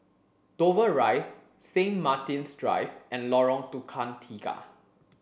Dover Rise Saint Martin's Drive and Lorong Tukang Tiga